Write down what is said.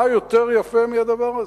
מה יותר יפה מהדבר הזה?